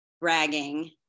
bragging